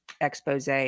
expose